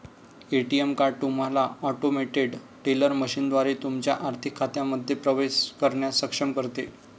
ATM card तुम्हाला automated teller मशीनद्वारे तुमच्या आर्थिक खात्यांमध्ये प्रवेश करण्यास सक्षम करते